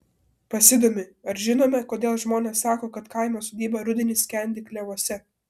pasidomi ar žinome kodėl žmonės sako kad kaimo sodyba rudenį skendi klevuose